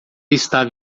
está